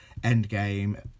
Endgame